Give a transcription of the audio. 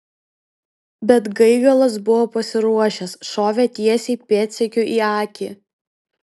bet gaigalas buvo pasiruošęs šovė tiesiai pėdsekiui į akį